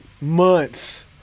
Months